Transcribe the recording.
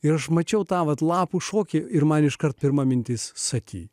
ir aš mačiau tą vat lapų šokį ir man iškart pirma mintis sakyti